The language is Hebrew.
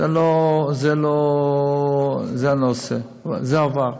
זה לא הנושא, זה עבר.